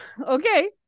Okay